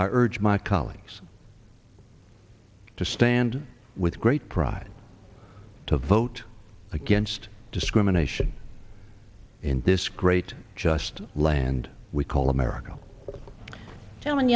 i urge my colleagues to stand with great pride to vote against discrimination in this great just land we call america telling